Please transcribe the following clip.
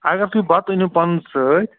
اگر تُہۍ بَتہٕ أنِو پَنُن سۭتۍ